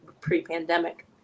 pre-pandemic